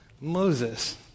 Moses